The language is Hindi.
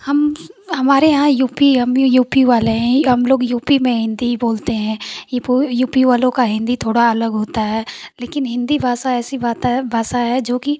हम हमारे यहाँ यू पी हम यू पी वाले हैं हमलोग यू पी मे हिन्दी ही बोलते हैं यू पी वालों का हिन्दी थोड़ा अलग होता है लेकिन हिन्दी भाषा ऐसी भाषा है भाषा है जो कि